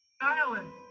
Island